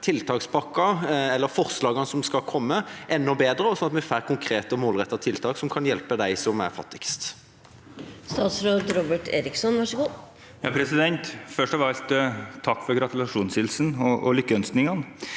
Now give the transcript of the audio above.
tiltakspakken, eller forslagene som skal komme, enda bedre, slik at vi får konkrete og målrettede tiltak som kan hjelpe dem som er fattigst.